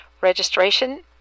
registration